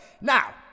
Now